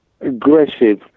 aggressive